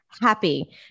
happy